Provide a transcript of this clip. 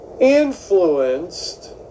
influenced